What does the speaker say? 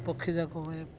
ପକ୍ଷୀ ଯାକ ହୁଏ